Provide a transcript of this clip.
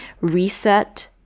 reset